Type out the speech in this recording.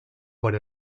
por